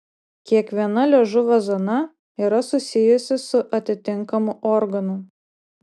kiekviena liežuvio zona yra susijusi su atitinkamu organu